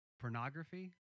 pornography